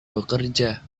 bekerja